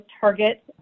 target